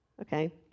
Okay